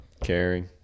Caring